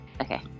Okay